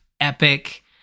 epic